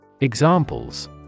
Examples